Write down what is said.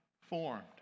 formed